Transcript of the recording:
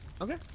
Okay